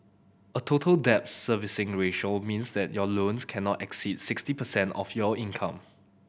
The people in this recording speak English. a Total Debt Servicing Ratio means that your loans cannot exceed sixty percent of your income